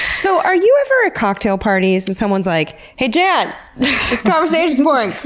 so are you ever at cocktail parties and someone's like, hey jann, this conversation's boring.